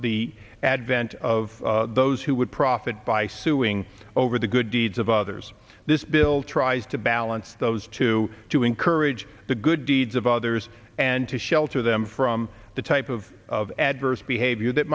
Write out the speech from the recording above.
the advent of those who would profit by suing over the good deeds of others this bill tries to balance those two to encourage the good deeds of others and to shelter them from the type of of adverse behavior that